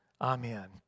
Amen